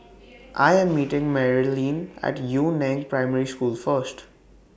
I Am meeting Merilyn At Yu Neng Primary School First